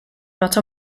not